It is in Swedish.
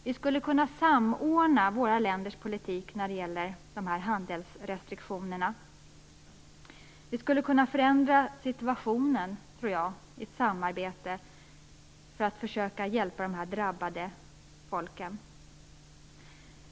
Vi skulle kunna samordna våra länders politik när det gäller handelsrestriktionerna. Jag tror att vi skulle kunna förändra situationen genom ett samarbete för att försöka hjälpa de drabbade folken.